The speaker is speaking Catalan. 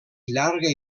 llarga